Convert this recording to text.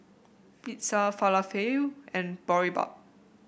Pizza Falafel and Boribap